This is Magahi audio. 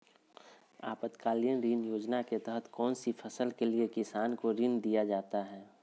आपातकालीन ऋण योजना के तहत कौन सी फसल के लिए किसान को ऋण दीया जाता है?